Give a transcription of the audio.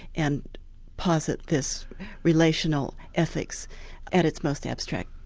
and posit this relational ethics at its most abstract